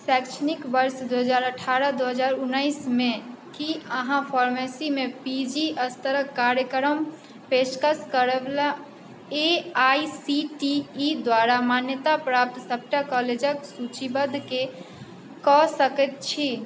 शैक्षणिक वर्ष दू हजार अठारह दू हजार उनैसमे की अहाँ फार्मेसीमे पी जी स्तरके कार्यक्रमके पेशकश करैवला A I C T E द्वारा मान्यताप्राप्त सबटा कॉलेजके सूचीबद्ध कऽ सकैत छी